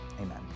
Amen